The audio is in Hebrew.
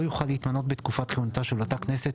יוכל להתמנות בתקופת כהונתה של אותה כנסת,